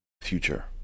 future